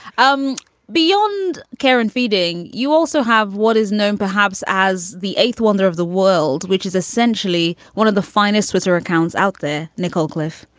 um beyond care and feeding you also have what is known perhaps as the eighth wonder of the world, which is essentially one of the finest was her accounts out there nicole, cliff,